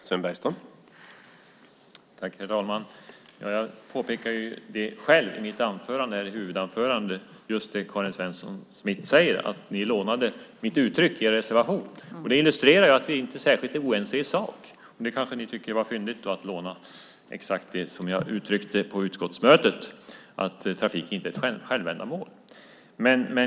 Herr talman! Jag påpekade själv i mitt huvudanförande just det Karin Svensson Smith säger, att ni lånade mitt uttryck i er reservation. Det illustrerar ju att vi inte är särskilt oense i sak. Ni kanske tyckte att det var fyndigt att låna exakt det som jag uttryckte på utskottsmötet, att trafik inte är ett självändamål.